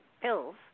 pills